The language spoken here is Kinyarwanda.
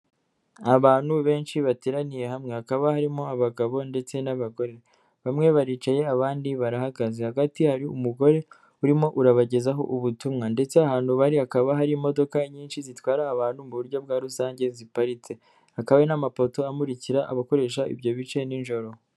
Abantu benshi bateraniye hamwe, hakaba harimo abagabo ndetse n'abagore, bamwe baricaye abandi barahagaze hagati hari umugore urimo urabagezaho ubutumwa ndetse ahantu hari hakaba hari imodoka nyinshi zitwara abantu mu buryo bwa rusange ziparitse, hakaba hari n'amapoto amurikira abakoresha ibyo bice nijoro.